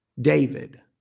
David